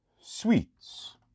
Sweets